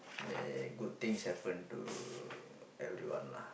may good things happen to everyone lah